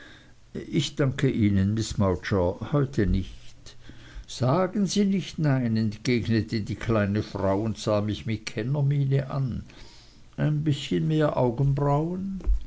ich danke ihnen miß mowcher heute nicht sagen sie nicht nein entgegnete die kleine frau und sah mich mit kennermiene an ein bißchen mehr augenbrauen